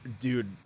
Dude